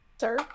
Sir